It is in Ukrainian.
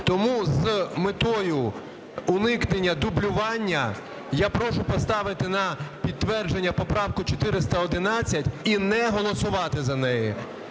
Тому з метою уникнення дублювання, я прошу поставити на підтвердження поправку 411 і не голосувати за неї,